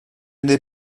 n’ai